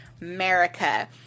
America